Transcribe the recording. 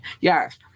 yes